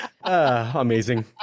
amazing